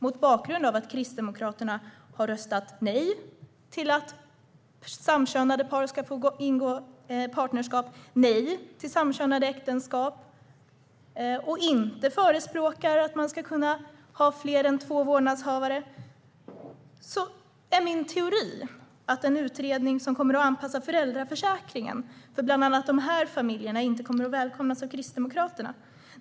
Mot bakgrund av att Kristdemokraterna har röstat nej till att samkönade par ska få ingå partnerskap och nej till samkönade äktenskap och att Kristdemokraterna inte förespråkar att man ska kunna ha fler än två vårdnadshavare sa jag att min teori är att en utredning som kommer att anpassa föräldraförsäkringen till bland annat dessa familjer inte kommer att välkomnas av Kristdemokraterna.